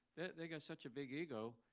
they got such a big ego,